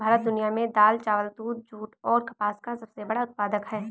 भारत दुनिया में दाल, चावल, दूध, जूट और कपास का सबसे बड़ा उत्पादक है